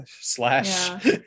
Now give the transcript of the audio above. Slash